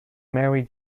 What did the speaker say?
mary